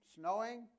snowing